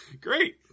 Great